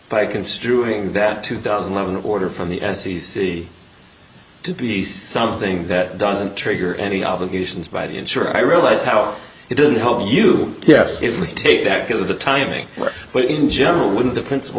by construing that two thousand of an order from the f c c to be something that doesn't trigger any obligations by the insurer i realize how it doesn't help you yes if we take that because of the timing but in general wouldn't the principle